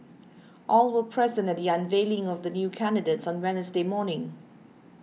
all were present at the unveiling of the new candidates on Wednesday morning